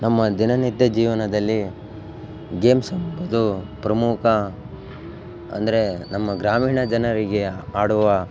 ನಮ್ಮ ದಿನನಿತ್ಯ ಜೀವನದಲ್ಲಿ ಗೇಮ್ಸ್ ಎಂಬುದು ಪ್ರಮುಖ ಅಂದರೆ ನಮ್ಮ ಗ್ರಾಮೀಣ ಜನರಿಗೆ ಆಡುವ